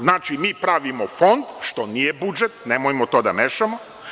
Znači, mi pravimo Fond što nije budžet, nemojmo to da mešamo.